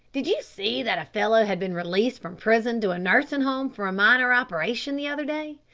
did you see that a fellow had been released from prison to a nursing home for a minor operation the other day?